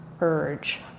urge